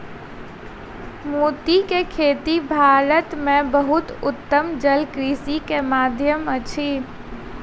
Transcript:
मोती के खेती भारत में बहुत उत्तम जलकृषि के माध्यम अछि